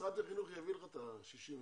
משרד החינוך יביא לך את ה-60 ומשהו,